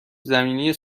زمینی